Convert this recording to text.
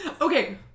Okay